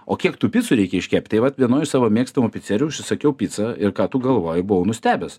o kiek tų picų reikia iškept tai vat vienoj iš savo mėgstamų picerijų užsisakiau picą ir ką tu galvoji buvau nustebęs